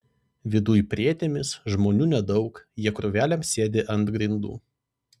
viduj prietėmis žmonių nedaug jie krūvelėm sėdi ant grindų